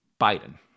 Biden